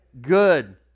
good